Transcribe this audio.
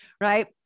right